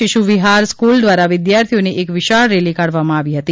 શિશુ વિહાર સ્ફ્રલ દ્વારા વિદ્યાર્થીઓને એક વિશાળ રેલી કાઢવામાં આવી હતી